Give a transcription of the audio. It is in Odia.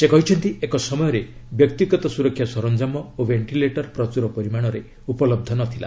ସେ କହିଛନ୍ତି ଏକ ସମୟରେ ବ୍ୟକ୍ତିଗତ ସୁରକ୍ଷା ସରଞ୍ଜାମ ଓ ବେଷ୍ଟିଲେଟର ପ୍ରଚୁର ପରିମାଣରେ ଉପଲବ୍ଧ ନ ଥିଲା